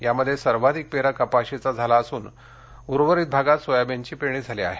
यामध्ये सर्वाधिक पेरा कपाशीचा झाला असून उर्वरित भागात सोयाबीनची पेरणी झाली आहे